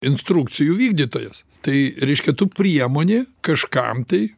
instrukcijų vykdytojas tai reiškia tu priemonė kažkam tai